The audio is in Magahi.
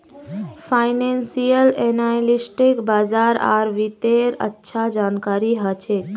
फाइनेंसियल एनालिस्टक बाजार आर वित्तेर अच्छा जानकारी ह छेक